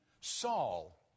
Saul